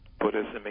Buddhism